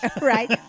right